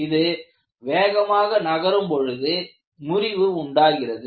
இது வேகமாக நகரும் பொழுது முறிவு உண்டாகிறது